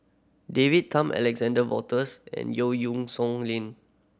David Tham Alexander Wolters and Yeo Song Nian